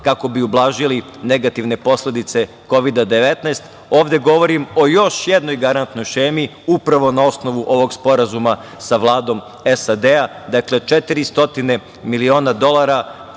kako bi ublažili negativne posledice Kovida-19.Ovde govorim o još jednoj garantnoj šemi, a upravo na osnovu ovog sporazuma sa Vladom SAD. Dakle, 400 miliona dolara garantne